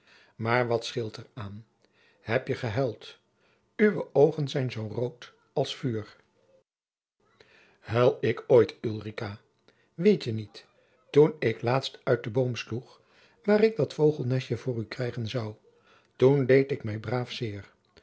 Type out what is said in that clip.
maar wat scheelt er aan heb je gehuild uwe oogen zijn zoo rood als vuur huil ik ooit ulrica weet je niet toen ik laatst uit den boom sloeg waar ik dat vogelnestje voor u krijgen zou toen deed ik mij braaf zeer